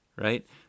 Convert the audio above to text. right